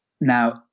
Now